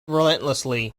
relentlessly